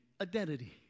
identity